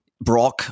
Brock